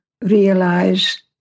realize